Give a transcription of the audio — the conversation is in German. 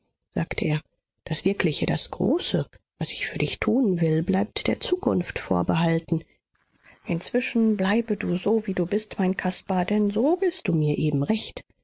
sagte er das wirkliche das große was ich für dich tun will bleibt der zukunft vorbehalten inzwischen bleibe du so wie du bist mein caspar denn so bist du mir eben recht